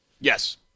Yes